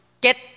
Get